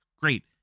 Great